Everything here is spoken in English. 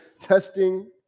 testing